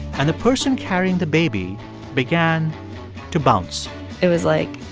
and the person carrying the baby began to bounce it was like